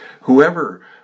whoever